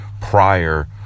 prior